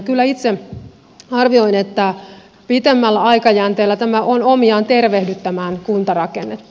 kyllä itse arvioin että pitemmällä aikajänteellä tämä on omiaan tervehdyttämään kuntarakennetta